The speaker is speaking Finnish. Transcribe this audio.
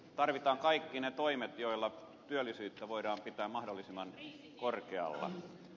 tarvitaan kaikki ne toimet joilla työllisyyttä voidaan pitää mahdollisimman korkealla